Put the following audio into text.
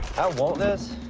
i want this,